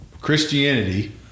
Christianity